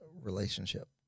relationship